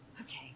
Okay